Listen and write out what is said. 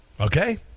okay